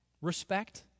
respect